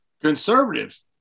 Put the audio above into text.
Conservative